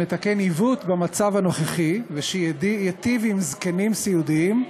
שמתקן עיוות במצב הנוכחי וייטיב עם זקנים סיעודיים,